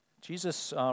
Jesus